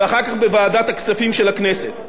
ואחר כך בוועדת הכספים של הכנסת.